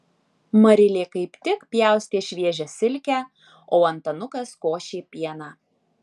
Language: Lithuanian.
marilė kaip tik pjaustė šviežią silkę o antanukas košė pieną